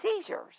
seizures